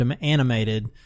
animated